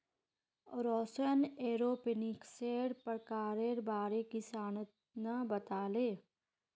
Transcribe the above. रौशन एरोपोनिक्सेर प्रकारेर बारे किसानक बताले